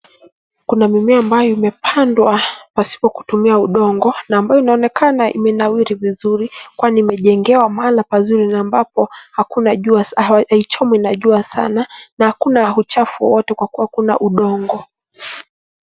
Kuna mimea ambayo imepandwa pasipo kutumia udongo na ambayo inaonekana imenawiri vizuri kwani imejengewa mahali pazuri na ambapo hakuna jua, haichomwi na jua sana na hakuna uchafu wote kwa kua hakuna udongo.